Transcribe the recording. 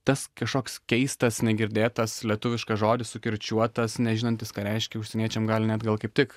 tas kažkoks keistas negirdėtas lietuviškas žodis sukirčiuotas nežinantis ką reiškia užsieniečiam gali net gal kaip tik